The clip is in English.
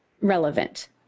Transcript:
relevant